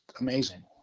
amazing